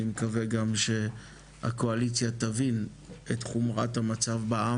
אני מקווה גם שהקואליציה תבין את חומרת המצב בעם